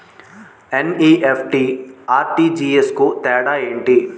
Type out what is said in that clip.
NEFT, RTGS కు తేడా ఏంటి?